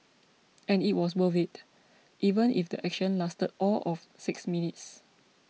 and it was worth it even if the action lasted all of six minutes